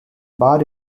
bar